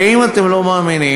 ואם אתם לא מאמינים,